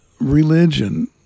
religion